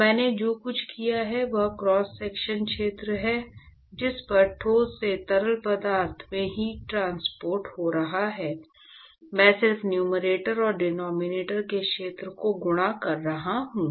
तो मैंने जो कुछ किया है वह क्रॉस सेक्शनल क्षेत्र है जिस पर ठोस से तरल पदार्थ में हीट ट्रांसपोर्ट हो रहा है मैं सिर्फ नुमेरटर और डिनोमिनेटर में क्षेत्र को गुणा कर रहा हूं